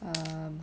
um